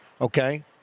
okay